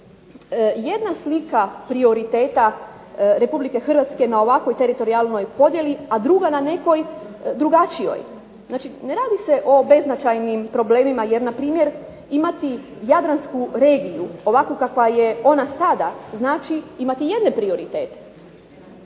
jedna slika prioriteta Republike Hrvatske na ovakvoj teritorijalnoj podjeli a druga ne nekoj drugačijoj. Znači, ne radi se o beznačajnim problemima jer na primjer imati Jadransku regiju onako kakva je ona sada, znači imati jedne prioritete,